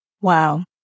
Wow